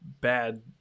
bad